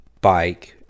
bike